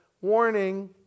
warning